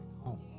home